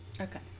Okay